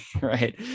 Right